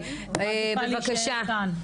את חוזרת?